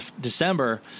December